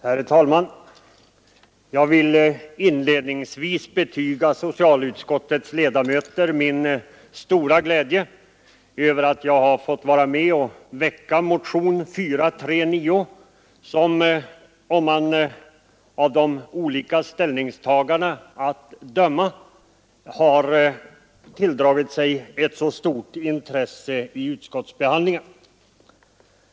Herr talman! Jag vill inledningsvis betyga socialutskottets ledamöter min stora glädje över att jag har fått vara med och väcka motionen 439 som — av de olika ställningstagandena att döma — har tilldragit sig ett så stort intresse vid utskottsbehandlingen.